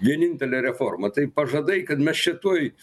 vienintelė reforma tai pažadai kad mes čia tuoj